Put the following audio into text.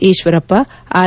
Eshwarappa R